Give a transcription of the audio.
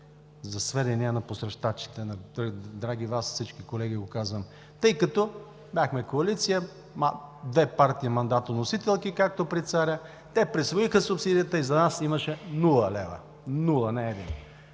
за сведение на посрещачите, на всички Вас, драги колеги, го казвам – тъй като бяхме коалиция, две партии мандатоносителки, както при Царя, те присвоиха субсидията и за нас имаше нула лева, нула, не един.